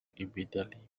immediately